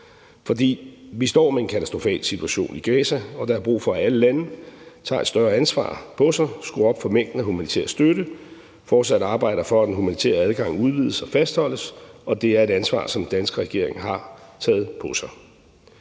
For vi står med en katastrofal situation i Gaza, og der er brug for, at alle lande tager et større ansvar på sig, at de skruer op for mængden af den humanitære støtte, og at de fortsat arbejder for, at den humanitære adgang udvides og fastholdes, og det er et ansvar, som den danske regering har taget på sig.